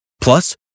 Plus